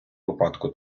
випадку